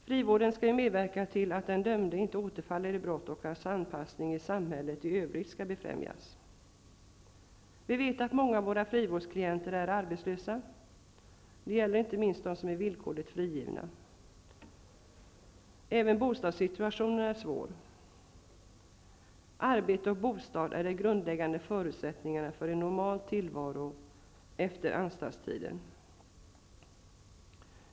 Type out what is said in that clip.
Frivården skall medverka till att den dömde inte återfaller i brott och till att hans anpassning till samhället i övrigt befrämjas. Vi vet att många av våra frivårdsklienter är arbetslösa. Det gäller inte minst dem som är villkorligt frigivna. Även bostadssituationen är svår. Arbete och bostad är de grundläggande förutsättningarna för en normal tillvaro efter anstaltstiden.